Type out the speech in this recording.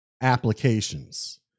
applications